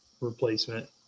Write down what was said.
replacement